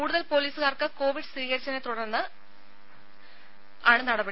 കൂടുതൽ പൊലീസുകാർക്ക് കോവിഡ് സ്ഥിരീകരിച്ചതിനെത്തുടർന്നാണ് നടപടി